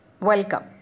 Welcome